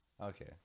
Okay